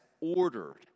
ordered